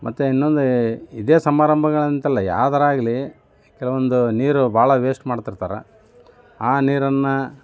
ಮತ್ತೆ ಇನ್ನೊಂದು ಇದೇ ಸಮಾರಂಭಗಳಂತಲ್ಲ ಯಾವ್ದಾರ ಆಗಲಿ ಕೆಲವೊಂದು ನೀರು ಭಾಳ ವೇಸ್ಟ್ ಮಾಡ್ತಿರ್ತಾರೆ ಆ ನೀರನ್ನು